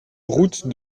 route